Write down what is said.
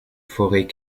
forêts